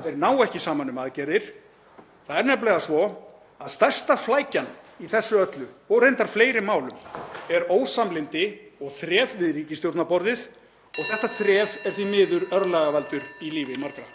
að þeir nái ekki saman um aðgerðir. Það er nefnilega svo að stærsta flækjan í þessu öllu og reyndar fleiri málum er ósamlyndi og þref við ríkisstjórnarborðið. Þetta þref er því miður örlagavaldur í lífi margra.